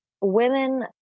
women